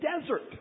desert